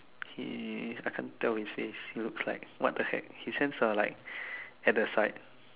he's I cant tell his face he looks like what the heck his hands are like at the side